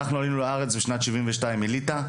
עלינו לארץ בשנת 1972 מליטא.